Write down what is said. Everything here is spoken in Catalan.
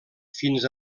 fins